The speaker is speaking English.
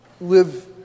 live